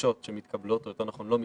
הקשות שמתקבלות, או יותר נכון לא מתקבלות,